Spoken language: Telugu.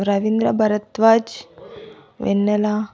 రవీంద్ర భరద్వాజ్ వెన్నెల